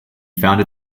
founded